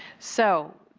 so,